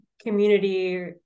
community